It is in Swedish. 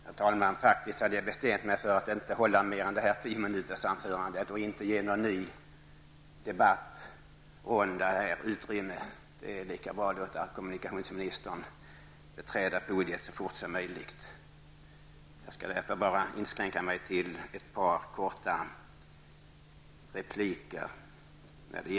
Herr talman! Jag hade faktiskt bestämt mig för att inte hålla mer än ett tiominutersanförande och inte ge mig in i en ny debattrunda. Det är lika bra att låta kommunikationsministern beträda podiet så fort som möjligt. Jag skall därför inskränka mig till att lämna ett par kommentarer.